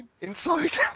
inside